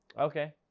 Okay